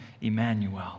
Emmanuel